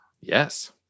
Yes